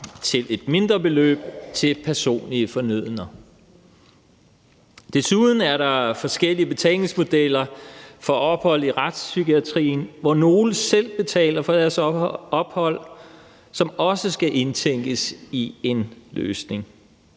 til et mindre beløb til personlige fornødenheder. Desuden er der forskellige betalingsmodeller for ophold i retspsykiatrien, hvor nogle selv betaler for deres ophold, hvilket også skal indtænkes i en løsning.